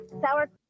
sour